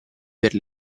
per